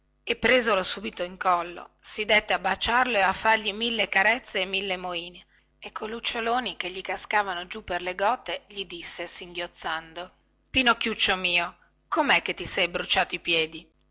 e presolo subito in collo si dette a baciarlo e a fargli mille carezze e mille moine e coi luccioloni che gli cascavano giù per le gote gli disse singhiozzando pinocchiuccio mio comè che ti sei bruciato i piedi